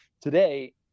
today